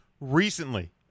recently